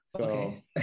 Okay